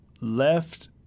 left